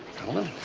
gentlemen.